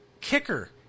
kicker